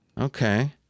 Okay